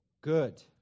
Good